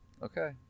Okay